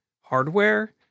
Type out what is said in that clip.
hardware